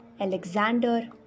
Alexander